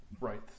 Right